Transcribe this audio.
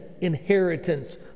inheritance